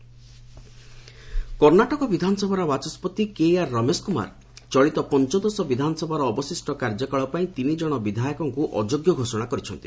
କର୍ଣ୍ଣାଟକ କର୍ଣ୍ଣାଟକ ବିଧାନସଭାର ବାଚସ୍କତି K R Ramesh Kumar ଚଳିତ ପଞ୍ଚଦଶ ବିଧାନସଭାର ଅବଶିଷ୍ଟ କାର୍ଯ୍ୟକାଳ ପାଇଁ ତିନି ଜଣ ବିଧାୟକଙ୍କୁ ଅଯୋଗ୍ୟ ଘୋଷଣା କରିଛନ୍ତି